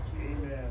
Amen